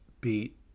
beat